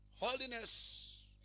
Holiness